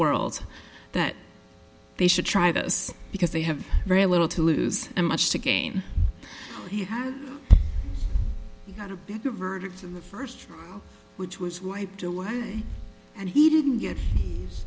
world that they should try this because they have very little to lose and much to gain he has got a bigger verdict from the first which was wiped away and he didn't get